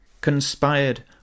conspired